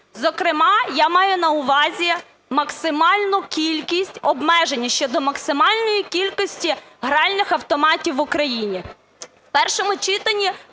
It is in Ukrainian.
Зокрема я маю на увазі максимальну кількість обмежень щодо максимальної кількості гральних автоматів в Україні. В першому читанні